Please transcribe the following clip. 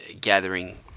gathering